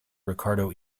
ricardo